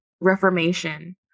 Reformation